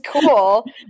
cool